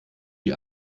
die